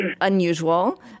unusual